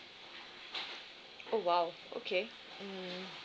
oh !wow! okay mm